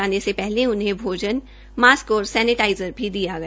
जाने से पहले उन्हें भोजनमास्क और सैनेटाइज़र भी दिया गया